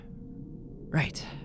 Right